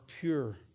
pure